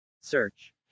Search